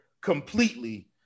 completely